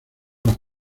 las